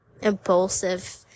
impulsive